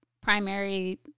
primary